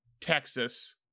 Texas